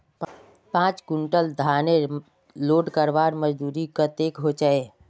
पाँच कुंटल धानेर लोड करवार मजदूरी कतेक होचए?